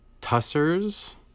Tusser's